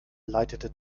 leitete